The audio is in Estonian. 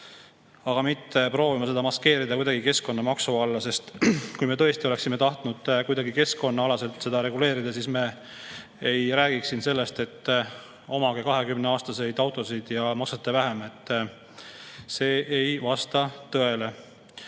mitte proovima seda maskeerida kuidagi keskkonnamaksuga. Kui me tõesti oleksime tahtnud kuidagi keskkonnaalaselt seda reguleerida, siis me ei räägiks siin sellest, et omage 20-aastaseid autosid ja maksate vähem. See ei vasta tõele.